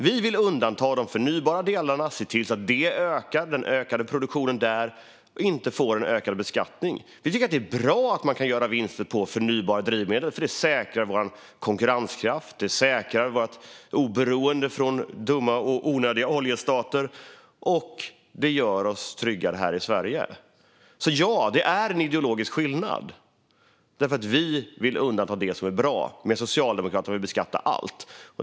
Vi vill undanta de förnybara delarna och se till att den ökade produktionen där inte får ökad beskattning. Vi tycker att det är bra att man kan göra vinst på förnybara drivmedel eftersom det säkrar vår konkurrenskraft och vårt oberoende från dumma och onödiga oljestater och gör oss tryggare här i Sverige. Det är alltså en ideologisk skillnad därför att vi vill undanta det som är bra medan Socialdemokraterna vill beskatta allt.